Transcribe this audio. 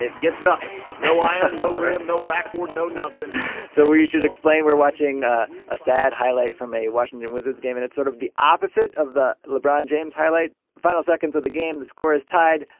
ah gets nothing no iron, no rim, no backboard, no nothing so we should explain. we're watching ah a sad highlight from a washington wizards game. and it's sort of the opposite of the lebron james highlight. final seconds of the game. the score is tied.